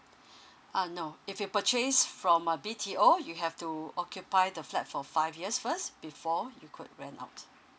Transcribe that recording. uh no if you purchase from uh B_T_O you have to occupy the flat for five years first before you could rent out